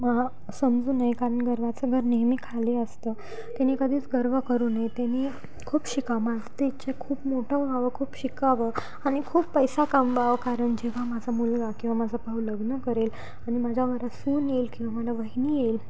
मग समजू नये कारण गर्वाचं घर नेहमी खाली असतं त्यानी कधीच गर्व करू नये त्यानी खूप शिकावं माझी तर इच्छा आहे खूप मोठं व्हावं खूप शिकावं आणि खूप पैसा कमवावं कारण जेव्हा माझा मुलगा किंवा माझा भाऊ लग्न करेल आणि माझ्या घरात सून येईल किंवा मला वहिनी येईल